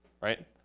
right